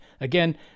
Again